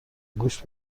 گوش